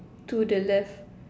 to the left